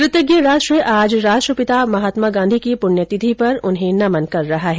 कृतज्ञ राष्ट्र आज राष्ट्रपिता महात्मा गांधी की पुण्यतिथि पर उन्हें नमन कर रहा है